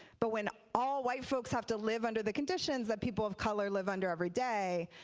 but when all white folks have to live under the conditions that people of color live under everyday,